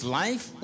life